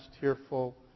tearful